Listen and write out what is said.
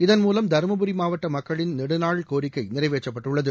இதன்மூலம் தருமபுரி மாவட்ட மக்களின் நெடுநாள் கோரிக்கை நிறைவேற்றப்பட்டுள்ளது